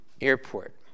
airport